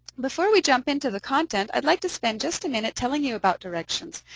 before we jump into the content, i'd like to spend just a minute telling you about directions.